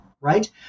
right